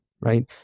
right